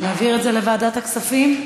להעביר את זה לוועדת הכספים?